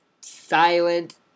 silent